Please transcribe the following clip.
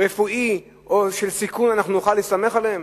רפואי או של סיכון, אנחנו נוכל להסתמך עליהם?